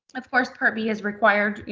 of course, part b is required, you